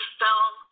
film